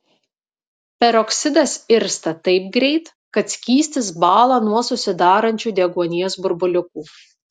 peroksidas irsta taip greit kad skystis bąla nuo susidarančių deguonies burbuliukų